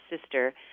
sister